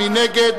מי נגד?